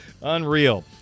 Unreal